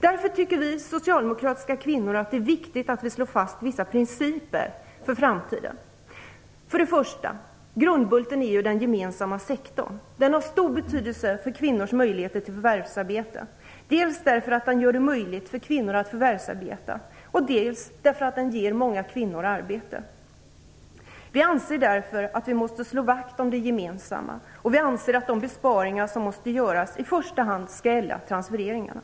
Därför tycker vi socialdemokratiska kvinnor att det är viktigt att vi slår fast vissa principer för framtiden. För det första är grundbulten den gemensamma sektorn. Den har stor betydelse för kvinnors möjlighet till förvärvsarbete, dels därför att den gör det möjligt för kvinnor att förvärvsarbeta, dels därför att den ger många kvinnor arbete. Vi anser därför att vi måste slå vakt om det gemensamma, och vi anser att de besparingar som måste göras i första hand skall gälla transfereringarna.